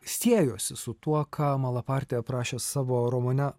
siejosi su tuo ką malapartė aprašė savo romane